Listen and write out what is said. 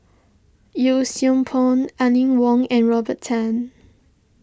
Yee Siew Pun Aline Wong and Robert Tan